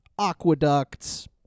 aqueducts